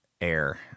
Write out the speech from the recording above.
air